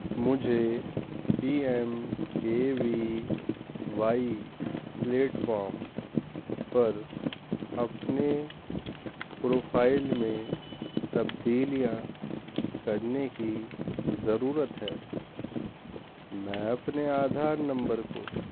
مجھے P M K V Y platform پر اپنے پروفائل میں تبدیلیاں کرنے کی ضرورت ہے میں اپنے آدھار نمبر کو